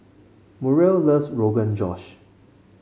Muriel loves Rogan Josh